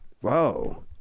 whoa